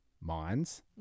minds